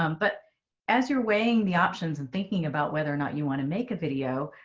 um but as you're weighing the options and thinking about whether or not you want to make a video,